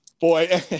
Boy